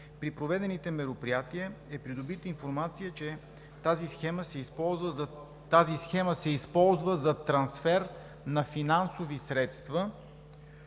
При проведените мероприятия е придобита информация, че тази схема се използва за трансфер на финансови средства